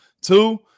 Two